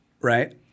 right